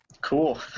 Cool